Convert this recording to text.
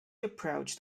approached